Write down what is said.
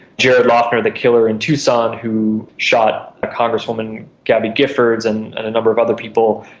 jared loughner, the killer in tucson who shot ah congresswoman gabby giffords and and a number of other people,